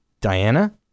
Diana